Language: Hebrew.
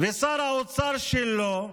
ושר האוצר שלו,